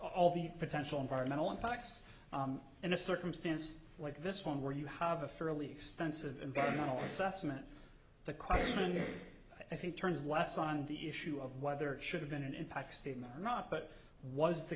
all the potential environmental impacts in a circumstance like this one where you have a fairly extensive environmental assessment the question i think turns less on the issue of whether it should have been an impact statement or not but was the